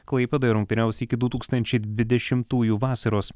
klaipėdoje rungtyniaus iki du tūkstančiai dvidešimtųjų vasaros